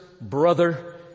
Brother